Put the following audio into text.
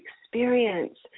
experience